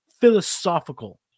philosophical